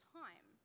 time